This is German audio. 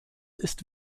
ist